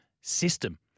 system